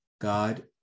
God